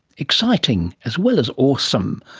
exciting as well as awesome.